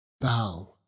thou